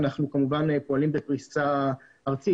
אנחנו כמובן פועלים בפריסה ארצית,